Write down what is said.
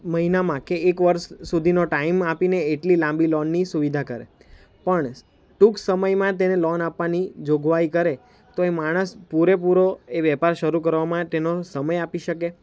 મહિનામાં કે એક વર્ષ સુધીનો ટાઈમ આપીને એટલી લાંબી લોનની સુવિધા કરે પણ ટૂંક સમયમાં તેને લોન આપવાની જોગવાઈ કરે તો એ માણસ પૂરેપૂરો એ વેપાર શરૂ કરવા માટેનો સમય આપી શકે